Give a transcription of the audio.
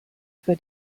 für